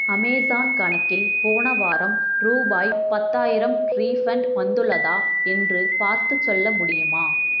Amazon கணக்கில் போன வாரம் ரூபாய் பத்தாயிரம் ரீஃபண்ட் வந்துள்ளதா என்று பார்த்துச் சொல்ல முடியுமா